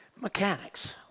Mechanics